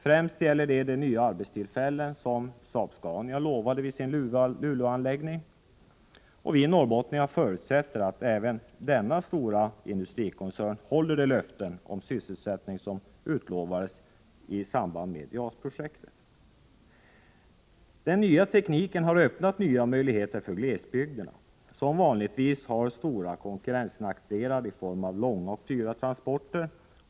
Främst gäller det de nya arbetstillfällen som Saab-Scania lovade till sin Luleåanläggning. Vi norrbottningar förutsätter att även denna stora industrikoncern håller de löften om sysselsättning som gavs Norrbotten i samband med JAS-projektet. Den nya tekniken har öppnat nya möjligheter för glesbygderna, som vanligtvis har stora konkurrensnackdelar i form av långa och dyra transporter.